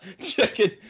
chicken